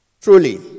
Truly